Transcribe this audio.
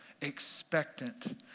expectant